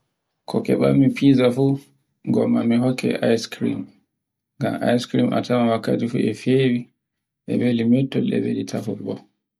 ko keɓaimi Pizza fu, gonda mi gomma mi hikke Icecream. Ngam Icecream a tawama kadi fu e fewi, e weli mettol e weli ta hurbo.